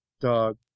dog